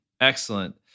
Excellent